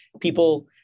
people